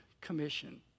commission